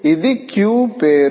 ఇధి క్యూ పేరు